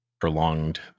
prolonged